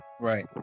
Right